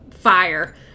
fire